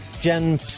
Jen